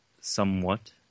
Somewhat